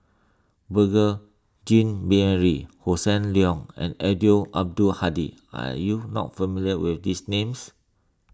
Beurel Jean Marie Hossan Leong and Eddino Abdul Hadi are you not familiar with these names